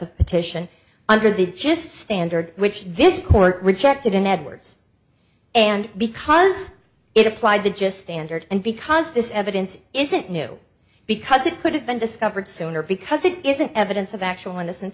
successive petition under the just standard which this court rejected in edwards and because it applied the just standard and because this evidence isn't new because it could have been discovered sooner because it isn't evidence of actual innocence